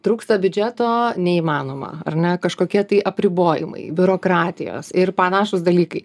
trūksta biudžeto neįmanoma ar ne kažkokie tai apribojimai biurokratijos ir panašūs dalykai